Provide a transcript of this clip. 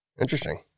Interesting